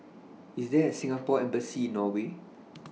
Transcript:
IS There A Singapore Embassy in Norway